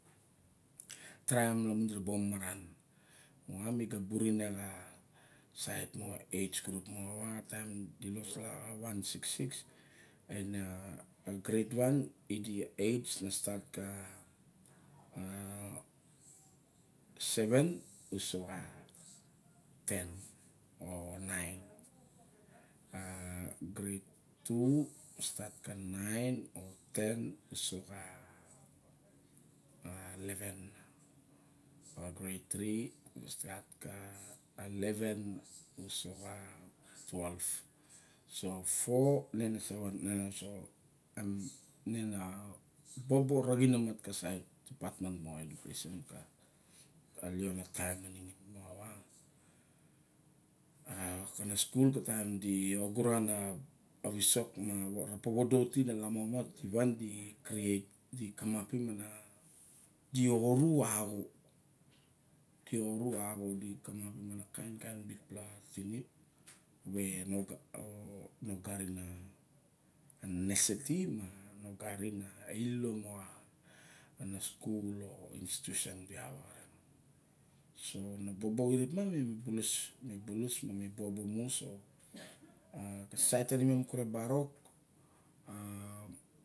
Taim lamun di ra ba om maram, moxawa mi ga burin iak a sait moxa aids grup. Moxawa taim di ga asoxo a one six six ina a grade one, idi a aids a stat ka a- a seven uso xa ten o nine. A grade two, stat ka nine o ten u so xa eleven. a grade three a stat ka eleven uso xa twelve so four a nine ne sa nan em ine na bobo raxin omat, ka sait gavman moxa kana skul ka taim di oguran a visok mara povoda tina lamo met di va di kriet di kamapim na a di oru a avo. Di oru avo di kamapim ana kainkain bikpela tirip we no garin a nenese tie ma nogarin ililo moxs ana skul o institution di awa karen. So ma bobo kirip ma, mi ibulus ma mi bulus ma mi bobo mu so a sait tanime kure ma barok a.